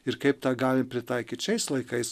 ir kaip tą galim pritaikyt šiais laikais